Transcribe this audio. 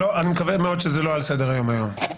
מקווה מאוד שזה לא על סדר-היום היום.